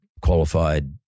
qualified